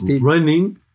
running